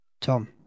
tom